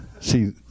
See